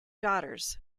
daughters